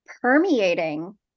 permeating